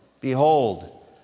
behold